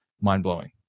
mind-blowing